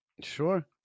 Sure